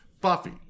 Buffy